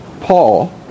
Paul